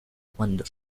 cuando